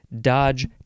dodge